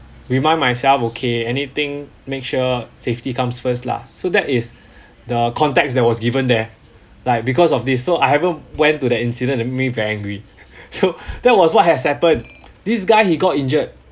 remind myself okay anything make sure safety comes first lah so that is the context that was given there like because of this so I haven't went to that incident it made me very angry so that was what has happened this guy he got injured